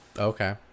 Okay